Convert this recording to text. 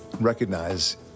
recognize